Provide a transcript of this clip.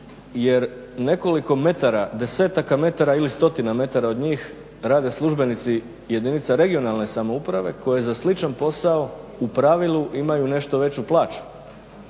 jer nekoliko metara, desetaka metara ili stotina metara od njih rade službenici jedinica regionalne samouprave koji za sličan posao u pravilu imaju nešto veću plaću.